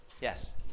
Yes